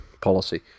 policy